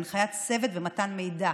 הנחיית צוות ומתן מידע.